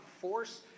force